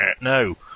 No